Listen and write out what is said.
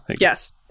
Yes